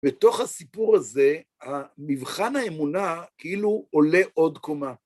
בתוך הסיפור הזה, מבחן האמונה כאילו עולה עוד קומה.